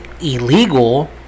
illegal